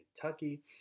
Kentucky